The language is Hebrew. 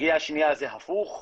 הסוגיה השנייה זה הפוך,